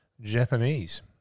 Japanese